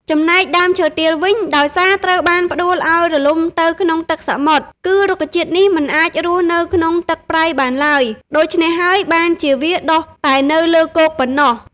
ចំណែកដើមឈើទាលវិញ ដោយសារត្រូវបានផ្តួលឲ្យរលំទៅក្នុងទឹកសមុទ្រ គឺរុក្ខជាតិនេះមិនអាចរស់នៅក្នុងទឹកប្រៃបានឡើយ ដូច្នេះហើយបានជាវាដុះតែនៅលើគោកប៉ុណ្ណោះ។